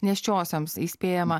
nėščiosioms įspėjama